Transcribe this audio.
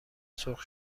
سرخ